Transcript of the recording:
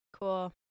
Cool